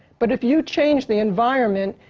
but if you change the environment,